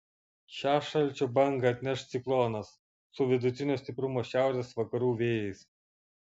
šią šalčio bangą atneš ciklonas su vidutinio stiprumo šiaurės vakarų vėjais